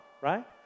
right